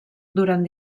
durant